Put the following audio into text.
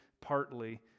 partly